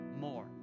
more